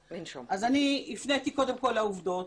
הפניתי קודם כל לעובדות.